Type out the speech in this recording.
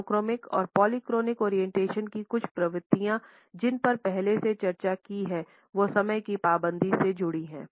monochronic और polychronic orientation की कुछ प्रवृत्तियाँ जिन पर पहले से चर्चा की हैं वो समय की पाबंदी से जुड़ी है